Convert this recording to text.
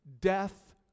death